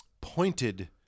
pointed